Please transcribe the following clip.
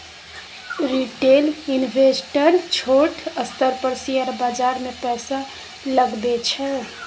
retail investor छोट स्तर पर शेयर बाजार मे पैसा लगबै छै